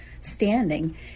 standing